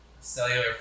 cellular